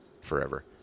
forever